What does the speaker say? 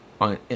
on